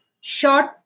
short